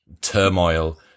turmoil